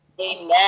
Amen